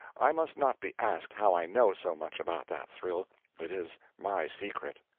i must not be asked how i know so much about that thrill it is my secret.